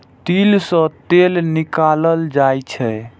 तिल सं तेल निकालल जाइ छै